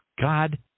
God